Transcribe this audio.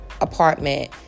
apartment